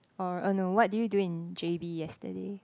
or oh no what did you do in J_B yesterday